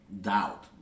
doubt